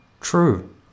true